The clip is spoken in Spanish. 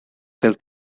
del